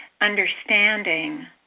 understanding